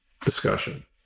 discussion